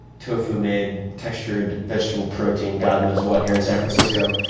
tofu-made, textured vegetable protein, god knows what here in san francisco.